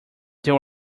there